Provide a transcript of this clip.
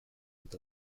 with